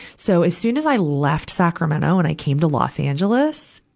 so, as soon as i left sacramento and i came to los angeles,